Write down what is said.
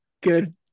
good